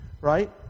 right